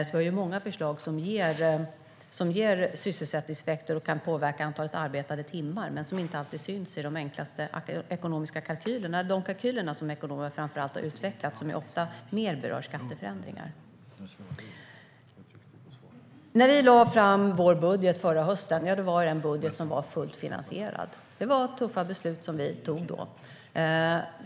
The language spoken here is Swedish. Vi har alltså många förslag som ger sysselsättningseffekter och som kan påverka antalet arbetade timmar men som inte alltid syns i de ekonomiska kalkyler som ekonomer har utvecklat och som ofta mer berör skatteförändringar. När vi lade fram vår budget förra hösten var det en budget som var fullt finansierad. Det var tuffa beslut som vi tog då.